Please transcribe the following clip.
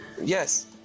Yes